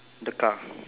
the car